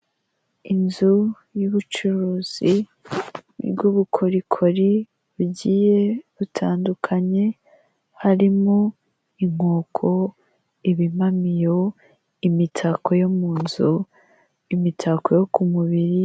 Inzu y'ubucuruzi bw'ubukorikori bugiye butandukanye harimo inkoko, ibimamiyo, imitako yo mu nzu imitako yo ku mubiri.